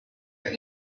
your